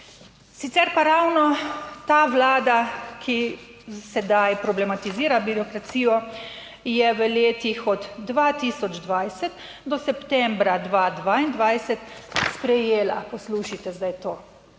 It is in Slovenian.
Sicer pa ravno ta Vlada, ki sedaj problematizira birokracijo, je v letih od 2020 do septembra 2022 sprejela, poslušajte zdaj to,